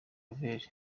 vert